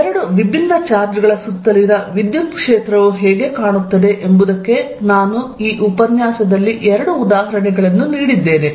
ಎರಡು ವಿಭಿನ್ನ ಚಾರ್ಜ್ಗಳ ಸುತ್ತಲಿನ ವಿದ್ಯುತ್ ಕ್ಷೇತ್ರವು ಹೇಗೆ ಕಾಣುತ್ತದೆ ಎಂಬುದಕ್ಕೆ ನಾನು ಎರಡು ಉದಾಹರಣೆಗಳನ್ನು ನೀಡಿದ್ದೇನೆ